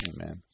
Amen